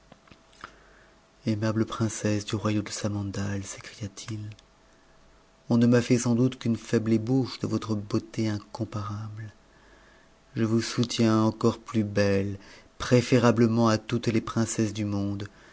aimable princesse du royaume de samandal sécria t it ou ne m'a hit sans doute qu'une faible ébauche de votre beauté incomparable je vous soutiens encore plus belle prëférabtcment a toutes les princesses du mude